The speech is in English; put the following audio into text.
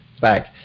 back